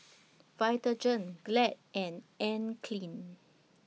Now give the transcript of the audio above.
Vitagen Glad and Anne Klein